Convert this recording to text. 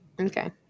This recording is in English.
Okay